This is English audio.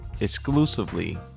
exclusively